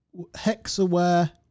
Hexaware